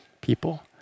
people